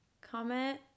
comment